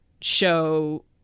show